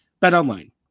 BetOnline